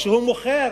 הוא מוכר,